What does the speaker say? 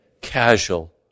casual